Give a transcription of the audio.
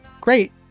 great